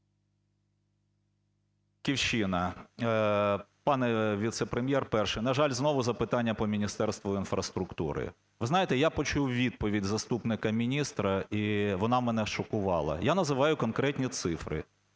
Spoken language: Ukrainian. …"Батьківщина". Пане віце-прем'єр перший, на жаль, знову запитання по Міністерству інфраструктури. Ви знаєте, я почув відповідь заступника міністра і вона мене шокувала. Я називаю конкретні цифри